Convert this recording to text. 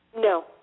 No